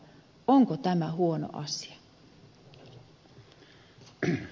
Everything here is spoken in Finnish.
onko tämä huono asia